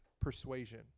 persuasion